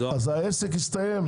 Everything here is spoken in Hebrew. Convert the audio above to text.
העסק יסתיים.